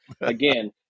again